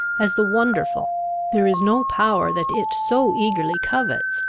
as the wonderful there is no power that it so eagerly covets,